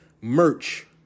merch